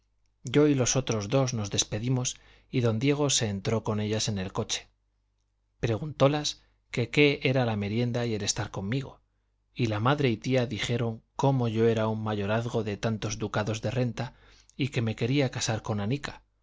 yo y los otros dos nos despedimos y don diego se entró con ellas en el coche preguntólas que qué era la merienda y el estar conmigo y la madre y tía dijeron cómo yo era un mayorazgo de tantos ducados de renta y que me quería casar con anica